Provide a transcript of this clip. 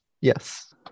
yes